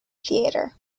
theatre